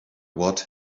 what